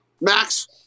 Max